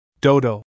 Dodo